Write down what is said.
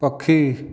ପକ୍ଷୀ